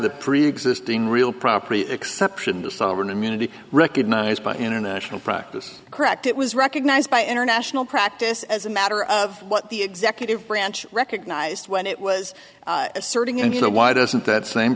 the preexisting real property exception the sovereign immunity recognized by international practice correct it was recognized by international practice as a matter of what the executive branch recognized when it was asserting and you know why doesn't that same